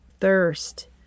thirst